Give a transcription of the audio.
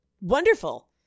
Wonderful